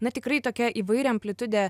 na tikrai tokia įvairi amplitudė